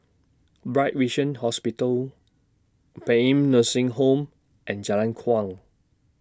Bright Vision Hospital Paean Nursing Home and Jalan Kuang